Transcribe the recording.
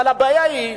אבל הבעיה היא,